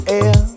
air